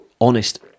honest